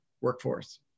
workforce